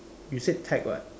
you said tech [what]